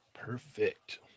perfect